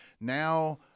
Now